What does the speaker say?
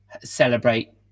celebrate